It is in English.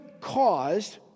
caused